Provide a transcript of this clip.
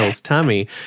tummy